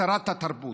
שרת התרבות.